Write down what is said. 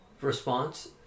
response